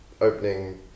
opening